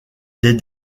des